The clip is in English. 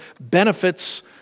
benefits